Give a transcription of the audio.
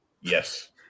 Yes